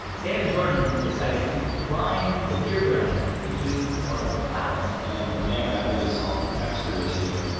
dan and jordan decided to grind the beer grain into more of a flour and then from there, that really solved the texture issue,